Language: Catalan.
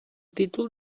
títol